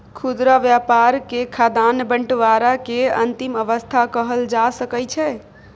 खुदरा व्यापार के खाद्यान्न बंटवारा के अंतिम अवस्था कहल जा सकइ छइ